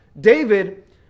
David